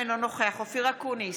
אינו נוכח אופיר אקוניס,